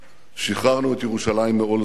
שחררנו את ירושלים מעול זרים,